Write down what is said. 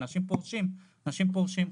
אנשים פורשים, אנשים פורשים.